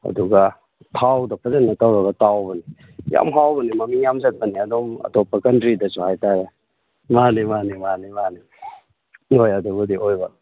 ꯑꯗꯨꯒ ꯊꯥꯎꯗ ꯐꯖꯅ ꯇꯧꯔꯒ ꯇꯥꯎꯕꯅꯦ ꯌꯥꯝ ꯍꯥꯎꯕꯅꯦ ꯃꯃꯤꯡ ꯌꯥꯝ ꯆꯠꯄꯅꯦ ꯑꯗꯨꯝ ꯑꯇꯣꯞꯄ ꯀꯟꯇ꯭ꯔꯤꯗꯁꯨ ꯍꯥꯏꯇꯥꯔꯦ ꯃꯥꯅꯤ ꯃꯥꯅꯤ ꯃꯥꯅꯤ ꯃꯥꯅꯤ ꯍꯣꯏ ꯑꯗꯨꯕꯨꯗꯤ ꯑꯣꯏꯕ